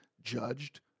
judged